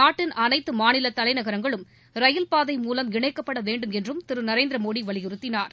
நாட்டின் அனைத்து மாநில தலைநகரங்களும் ரயில்பாதை மூலம் இணைக்கப்பட வேண்டுமென்றும் திரு நரேந்திரமோடி வலியுறுத்தினார்